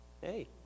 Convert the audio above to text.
Hey